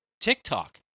TikTok